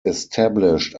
established